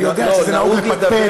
אני יודע שזה נהוג לפטפט,